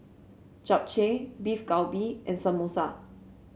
Japchae Beef Galbi and Samosa